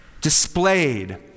displayed